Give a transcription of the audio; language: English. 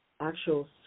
actual